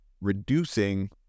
reducing